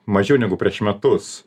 mažiau negu prieš metus